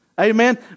Amen